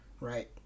right